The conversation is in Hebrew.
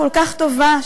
כל כך טובה,